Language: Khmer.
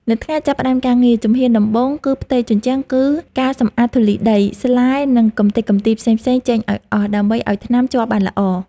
នៅថ្ងៃចាប់ផ្ដើមការងារ ជំហានដំបូងលើផ្ទៃជញ្ជាំងគឺការសម្អាតធូលីដី ស្លែ និងកម្ទេចកម្ទីផ្សេងៗចេញឱ្យអស់ ដើម្បីឱ្យថ្នាំជាប់បានល្អ។